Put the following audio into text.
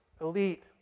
elite